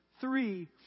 Three